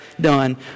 done